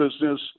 business